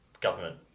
government